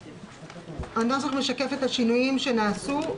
הנוסח משקף את השינויים שנעשו.